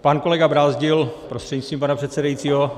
Pan kolega Brázdil prostřednictvím pana předsedajícího.